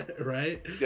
right